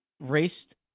raced –